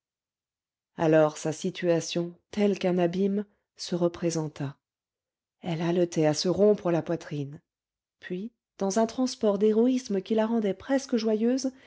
alors sa situation telle qu'un abîme se représenta elle haletait à se rompre la poitrine puis dans un transport d'héroïsme qui la rendait presque joyeuse